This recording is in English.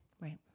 Right